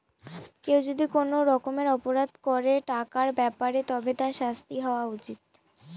কেউ যদি কোনো রকমের অপরাধ করে টাকার ব্যাপারে তবে তার শাস্তি হওয়া উচিত